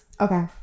okay